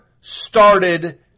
started